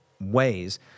ways